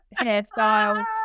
hairstyle